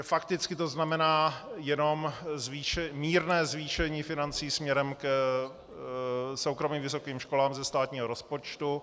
Fakticky to znamená jenom mírné zvýšení financí směrem k soukromým vysokým školám ze státního rozpočtu.